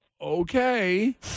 okay